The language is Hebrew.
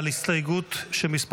הסתייגות 24